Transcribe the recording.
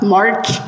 March